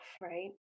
Right